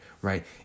Right